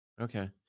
Okay